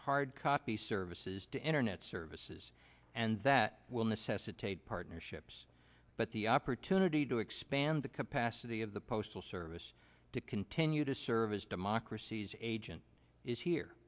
hardcopy services to internet services and that will necessitate partnerships but the opportunity to expand the capacity of the postal service to continue to service democracies agent is here